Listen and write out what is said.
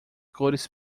cores